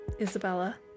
isabella